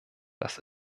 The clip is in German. das